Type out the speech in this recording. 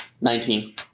Nineteen